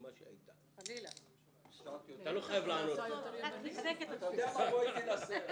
הוא בא ליצור מצב, שהיוצרים יצנזרו את עצמם.